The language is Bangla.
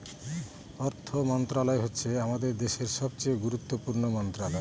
অর্থ মন্ত্রণালয় হচ্ছে আমাদের দেশের সবচেয়ে গুরুত্বপূর্ণ মন্ত্রণালয়